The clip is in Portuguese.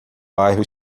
bairro